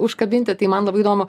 užkabinti tai man labai įdomu